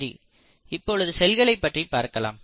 சரி இப்பொழுது செல்களை பற்றி பார்க்கலாம்